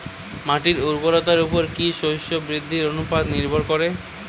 মাটির উর্বরতার উপর কী শস্য বৃদ্ধির অনুপাত নির্ভর করে?